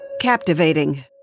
Captivating